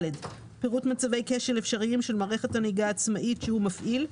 פירוט מצבי כשל אפשריים של מערכת הנהיגה העצמאית שהוא מפעיל,